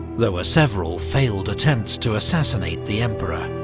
there were several failed attempts to assassinate the emperor.